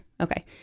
Okay